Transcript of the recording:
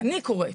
אני קוראת.